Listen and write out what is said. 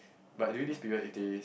but during this period if they